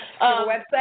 website